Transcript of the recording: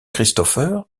christopher